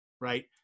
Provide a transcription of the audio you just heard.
right